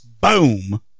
Boom